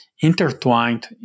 intertwined